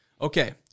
Okay